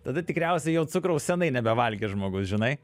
tada tikriausiai jau cukraus senai nebevalgė žmogus žinai